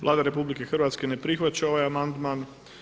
Vlada RH ne prihvaća ovaj amandman.